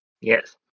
Yes